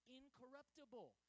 incorruptible